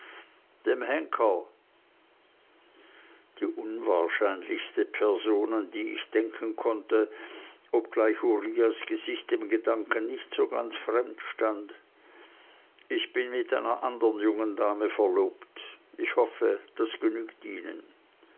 dem henker die unwahrscheinlichste person an die ich denken konnte obgleich uriahs gesicht dem gedanken nicht so ganz fremd stand ich bin mit einer andern jungen dame verlobt ich hoffe das genügt ihnen